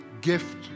gift